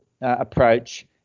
approach